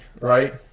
right